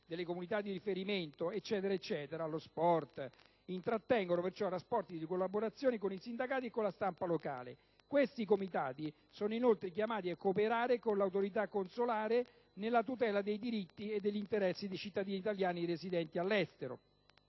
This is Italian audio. della comunità di riferimento e intrattengono perciò rapporti di collaborazione con i sindacati e la stampa locale. I Comitati sono inoltre chiamati a cooperare con l'autorità consolare nella tutela dei diritti e degli interessi dei cittadini italiani residenti all'estero.